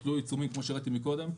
הוטלו עיצומים, כפי שהראיתי קודם,